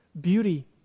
beauty